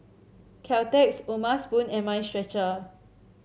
Caltex O'ma Spoon and Mind Stretcher